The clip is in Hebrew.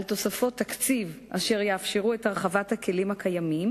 על תוספות תקציב אשר יאפשרו את הרחבת הכלים הקיימים